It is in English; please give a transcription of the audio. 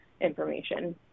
information